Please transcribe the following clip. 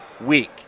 week